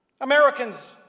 Americans